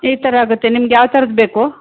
ಈ ಥರ ಆಗುತ್ತೆ ನಿಮ್ಗೆ ಯಾವ ಥರದ್ದು ಬೇಕು